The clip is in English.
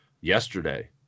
yesterday